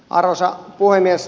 arvoisa puhemies